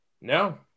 No